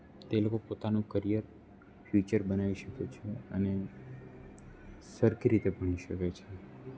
તે લોકો પોતાનું કરિયર ફ્યુચર બનાવી શકે છે અને સરખી રીતે ભણી શકે છે